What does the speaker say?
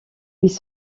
ils